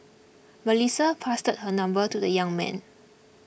Melissa passed her number to the young man